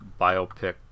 biopic